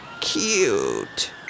Cute